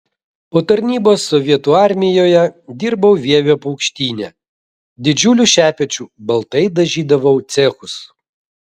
po tarnybos sovietų armijoje dirbau vievio paukštyne didžiuliu šepečiu baltai dažydavau cechus